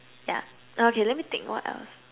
yeah okay let me think what else